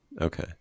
Okay